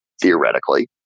theoretically